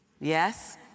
Yes